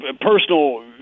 personal